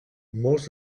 molts